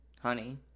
Honey